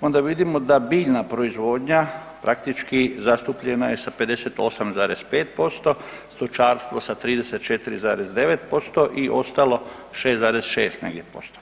onda vidimo da biljna proizvodnja praktički zastupljena je sa 58,5%, stočarstvo sa 34,9% i ostalo 6,6 negdje posto.